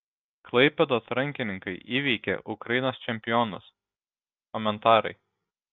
klaipėdos rankininkai įveikė ukrainos čempionus komentarai